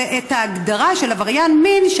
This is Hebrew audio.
זה את ההגדרה של עבריין מין,